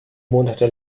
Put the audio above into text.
monate